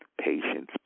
Patience